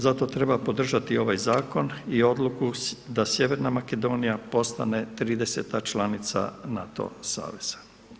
Zato treba podržati ovaj zakon i odluku da sjeverna Makedonija postane 30.-ta članica NATO saveza.